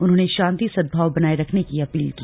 उन्होंने शांति सदभाव बनाये रखने की अपील की